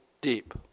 deep